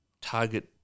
target